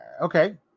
Okay